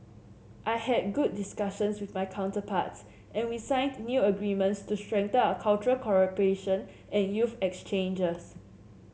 I had good discussions with my counterparts and we signed new agreements to strengthen our cultural cooperation and youth exchanges